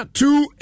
two